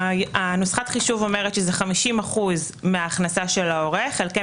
נוסחת החישוב אומרת שזה 50% מההכנסה של ההורה חלקי